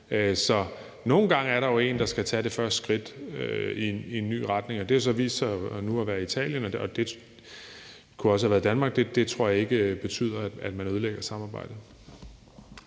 Så nogle gange er der jo en, der skal tage det første skridt i en ny retning, og det har jo så vist sig nu at være Italien; det kunne også have været Danmark. Det tror jeg ikke betyder, at man ødelægger samarbejdet.